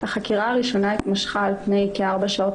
החקירה הראשונה התמשכה על פני כארבע שעות.